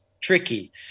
tricky